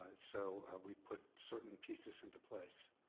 so we've put certain pieces into place.